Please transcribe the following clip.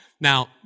Now